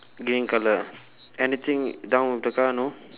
green colour anything down with the car no